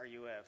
RUF